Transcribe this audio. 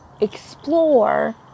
explore